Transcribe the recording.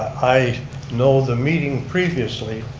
i know the meeting previously,